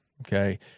okay